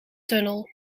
tunnel